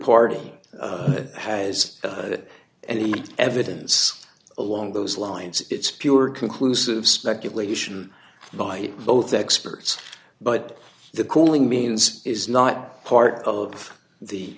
party has that any evidence along those lines it's pure conclusive speculation by both experts but the cooling means is not part of the